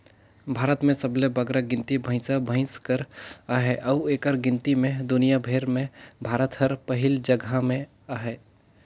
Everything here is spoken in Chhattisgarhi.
भारत में सबले बगरा गिनती भंइसा भंइस कर अहे अउ एकर गिनती में दुनियां भेर में भारत हर पहिल जगहा में अहे